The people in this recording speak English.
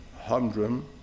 humdrum